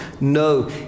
No